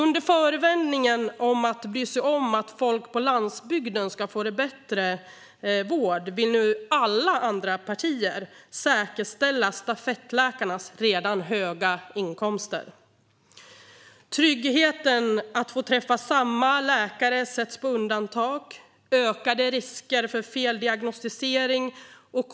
Under förevändningen att bry sig om att folk på landsbygden ska få bättre vård vill nu alltså alla andra partier säkerställa stafettläkarnas redan höga inkomster. Tryggheten i att få träffa samma läkare sätts på undantag, och riskerna för feldiagnostisering ökar.